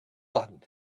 one